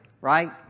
right